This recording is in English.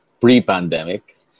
pre-pandemic